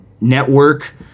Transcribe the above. network